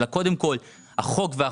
כי קודם צריך לשלם את החוק,